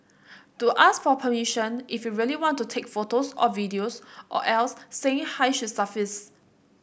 do ask for permission if you really want to take photos or videos or else saying hi should suffice